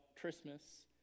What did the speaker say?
Christmas